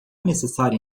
necessário